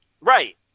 right